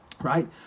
Right